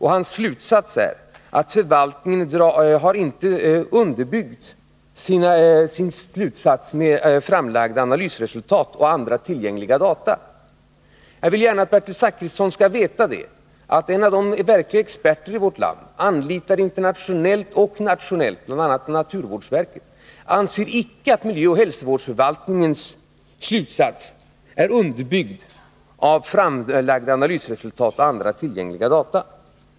Hans slutsats är att förvaltningen inte har underbyggt sin slutsats med framlagda analysresultat och andra tillgängliga data. Jag vill gärna att Bertil Zachrisson skall veta att en av de verkliga experterna i vårt land, anlitad internationellt och nationellt — bl.a. av naturvårdsverket — icke anser att miljöoch hälsovårdsförvaltningens slutsats är underbyggd av framlagda analysresultat och andra tillgängliga data.